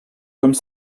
comme